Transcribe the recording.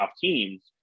teams